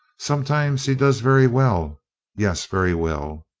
sometimes he does very well yes, very well.